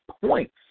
points